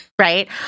right